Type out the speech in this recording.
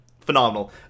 phenomenal